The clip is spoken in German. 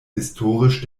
historisch